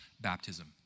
baptism